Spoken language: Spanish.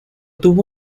tuvo